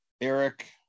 Eric